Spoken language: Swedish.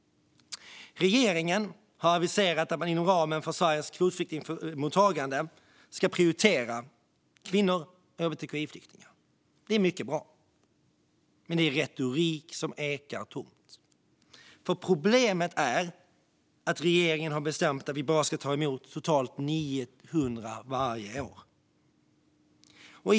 Regeringen har aviserat att man inom ramen för Sveriges kvotflyktingmottagande ska prioritera kvinnor och hbtqi-flyktingar. Det är mycket bra. Men det är retorik som ekar tomt. Problemet är nämligen att regeringen har bestämt att vi bara ska ta emot totalt 900 kvotflyktingar varje år.